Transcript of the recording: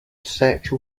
sexual